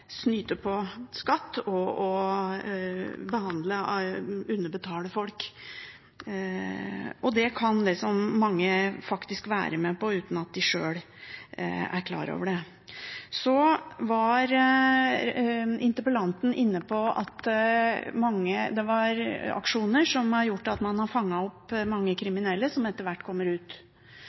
snyte på skatten og underbetale folk. Det kan mange faktisk være med på uten at de sjøl er klar over det. Interpellanten var inne på at det er aksjoner som har gjort at man har fanget opp mange kriminelle, som etter hvert kommer ut.